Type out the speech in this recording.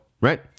right